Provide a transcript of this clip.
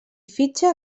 fitxa